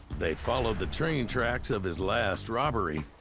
they followed the train tracks of his last robbery,